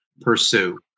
pursue